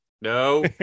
No